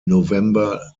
november